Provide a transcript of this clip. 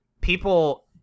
People